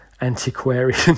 antiquarian